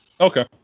Okay